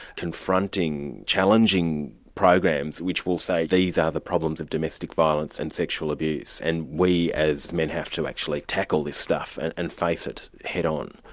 confronting, challenging programs which will say these are the problems of domestic violence and sexual abuse, and we as men have to actually tackle this stuff and and fact it head-on.